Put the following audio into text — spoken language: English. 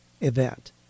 event